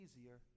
easier